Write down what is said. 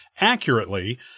accurately